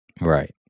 Right